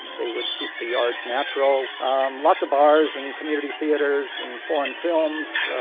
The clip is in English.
they would keep the yards natural lots of bars and community theaters and foreign films,